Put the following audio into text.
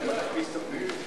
להשכלה הגבוהה זה,